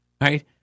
right